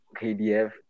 KDF